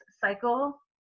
cycle